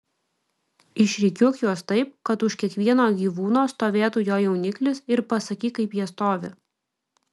išrikiuok juos taip kad už kiekvieno gyvūno stovėtų jo jauniklis ir pasakyk kaip jie stovi